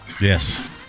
Yes